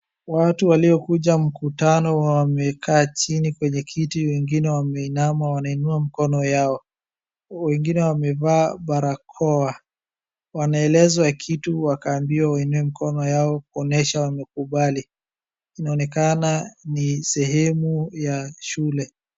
Watu waliokuja mkutano wamekaa chini kwenye kiti wengine wameinama, wanainua mkono yao, wengine wamevaa barakoa. Wanaelezwa kitu wakaambiwa wainue mkono yao kuonyesha wamekubali. Inaonekana ni sehemu ya shule.